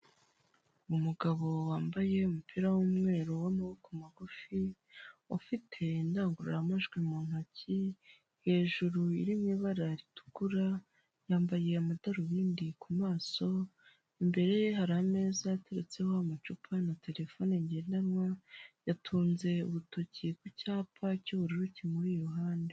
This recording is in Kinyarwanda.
Umugabo wambaye umupira w'umweru w'amaboko magufi, ufite indangururamajwi mu ntoki, hejuru uri mu ibara ritukura, yambaye amadarubindi ku maso, imbere ye hari ameza yateretseho amacupa na telefone ngendanwa, yatunze urutoki ku cyapa cy'ubururu kimuri iruhande.